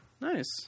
Nice